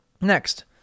Next